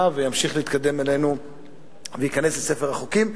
וימשיך להתקדם אלינו וייכנס לספר החוקים.